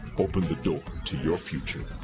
open the door to your future.